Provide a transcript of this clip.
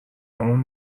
اون